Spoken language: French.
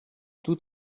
tout